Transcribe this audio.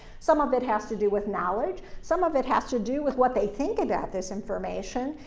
some of it has to do with knowledge. some of it has to do with what they think about this information.